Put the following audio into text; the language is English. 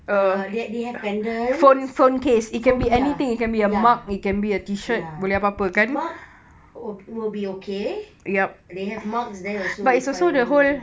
err that they have pendants phone ya ya ya mug will will be okay they have mugs there also if I know